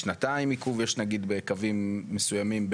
שנתיים עיכוב יש נגיד בקווים מסוימים,